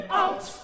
out